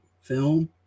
film